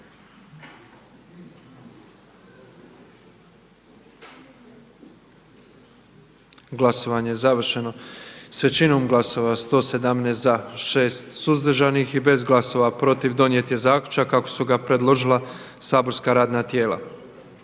Glasovanje je završeno. Utvrđujem da je većinom glasova 88 za, 30 suzdržanih i s 4 glasova protiv donijet zaključak kako su ga predložila saborska radna tijela.